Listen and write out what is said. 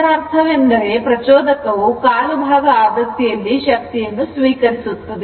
ಇದರರ್ಥವೆಂದರೆ ಪ್ರಚೋದಕವು ಕಾಲು ಭಾಗ ಆವೃತ್ತಿಯಲ್ಲಿ ಶಕ್ತಿಯನ್ನು ಸ್ವೀಕರಿಸುತ್ತದೆ